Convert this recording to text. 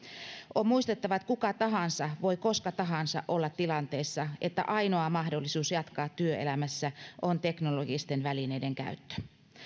on muistettava että kuka tahansa voi koska tahansa olla tilanteessa että ainoa mahdollisuus jatkaa työelämässä on teknologisten välineiden käyttö